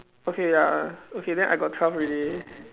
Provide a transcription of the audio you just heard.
okay ya okay then I got twelve already